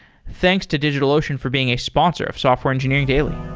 thanks to digitalocean for being a sponsor of software engineering daily.